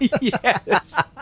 Yes